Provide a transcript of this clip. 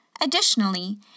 additionally